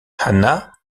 hanna